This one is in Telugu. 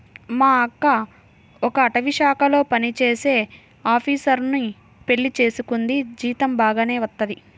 మా అక్క ఒక అటవీశాఖలో పనిజేసే ఆపీసరుని పెళ్లి చేసుకుంది, జీతం బాగానే వత్తది